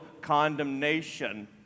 condemnation